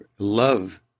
Love